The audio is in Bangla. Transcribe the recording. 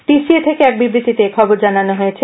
টিসিএ থেকে এক বিবৃতিতে এ থবর জানানো হয়েছে